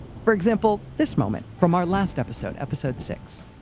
for example, this moment from our last episode, episode six.